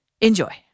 Enjoy